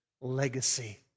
legacy